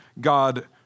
God